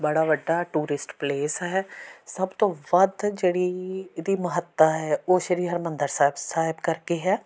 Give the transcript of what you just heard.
ਬੜਾ ਵੱਡਾ tourist place ਹੈ ਸਭ ਤੋਂ ਵੱਧ ਜਿਹੜੀ ਇਹਦੀ ਮਹੱਤਤਾ ਹੈ ਉਹ ਸ਼੍ਰੀ ਹਰਿਮੰਦਰ ਸਾਹਿਬ ਸਾਹਿਬ ਕਰਕੇ ਹੈ